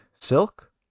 Silk